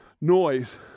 noise